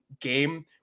game